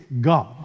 God